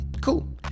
cool